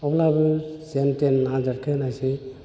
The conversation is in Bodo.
अब्लाबो जेनथेन आन्जादखौ होनायसै